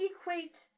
equate